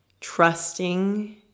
Trusting